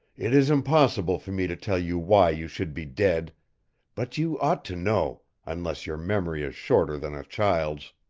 it is impossible for me to tell you why you should be dead but you ought to know, unless your memory is shorter than a child's.